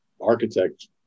architect